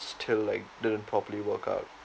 still like didn't properly work out